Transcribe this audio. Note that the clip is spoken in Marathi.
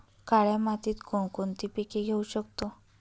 काळ्या मातीत कोणकोणती पिके घेऊ शकतो?